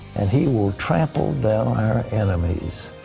and he will trample down our enemies.